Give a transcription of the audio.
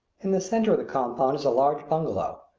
in the centre of the compound is a large bungalow,